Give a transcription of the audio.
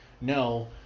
no